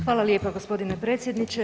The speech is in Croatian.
Hvala lijepo g. predsjedniče.